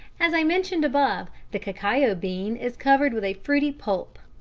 as i mentioned above, the cacao bean is covered with a fruity pulp.